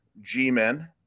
g-men